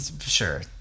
Sure